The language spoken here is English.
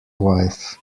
wife